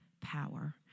power